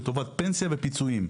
לטובת פנסיה ופיצויים"